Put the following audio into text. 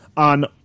On